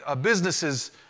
businesses